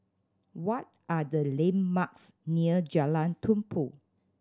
what are the landmarks near Jalan Tumpu